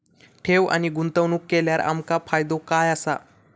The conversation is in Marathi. ठेव आणि गुंतवणूक केल्यार आमका फायदो काय आसा?